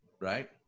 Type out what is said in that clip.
Right